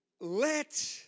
let